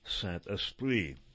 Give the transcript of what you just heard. Saint-Esprit